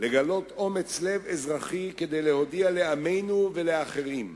לגלות אומץ-לב אזרחי כדי להודיע לעמינו ולאחרים: